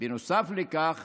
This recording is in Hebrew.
לכך